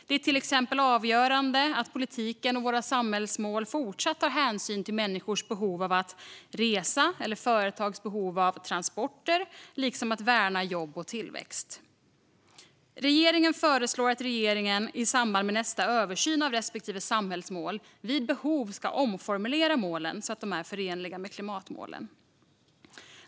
Det är till exempel avgörande att politiken och våra samhällsmål fortsätter att ta hänsyn till människors behov av att resa eller företags behov av transporter liksom att värna jobb och tillväxt. Regeringen föreslår att regeringen i samband med nästa översyn av respektive samhällsmål vid behov ska omformulera målen så att de är förenliga med klimatmålen.